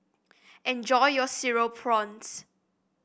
enjoy your Cereal Prawns